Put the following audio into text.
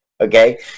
Okay